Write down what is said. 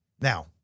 Now